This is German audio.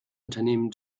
unternehmen